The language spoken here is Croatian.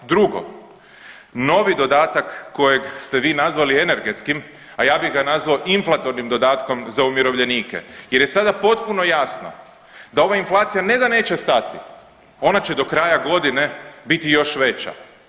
Drugo, novi dodatak kojeg ste vi nazvali energetskim, a ja bih ga nazvao inflatornim dodatkom za umirovljenike jer je sada potpuno jasno da ova inflacija ne da neće stati ona će do kraja godine biti još veća.